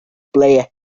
player